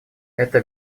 это